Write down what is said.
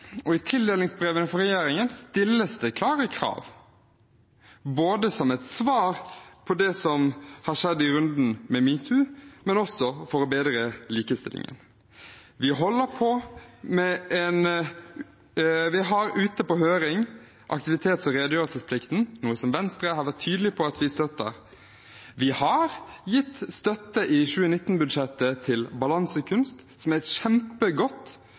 tildelingsbrev. I tildelingsbrevene fra regjeringen stilles det klare krav både som et svar på det som har skjedd i runden med metoo, og også for å bedre likestillingen. Vi har ute på høring aktivitets- og redegjørelsesplikten, noe som Venstre har vært tydelig på at vi støtter. Vi har gitt støtte i 2019-budsjettet til Balansekunst, som er et